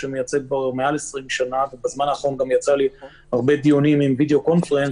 אסירים ועל בתי סוהר